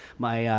my,